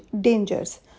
dangers